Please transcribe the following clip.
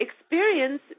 experience